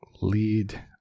lead